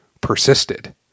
persisted